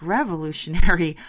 revolutionary